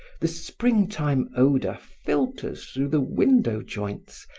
the springtime odor filters through the window joints,